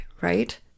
right